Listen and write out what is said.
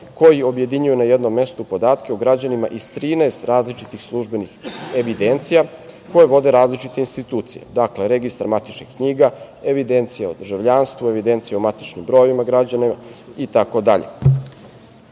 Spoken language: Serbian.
koji objedinjuje na jednom mestu podatke o građanima iz 13 različitih službenih evidencija, koje vode različite institucije. Dakle, registar matičnih knjiga, evidencija o državljanstvu, evidencija o matičnim brojevima građana itd. Cilj